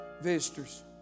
visitors